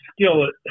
skillet